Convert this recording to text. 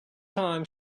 time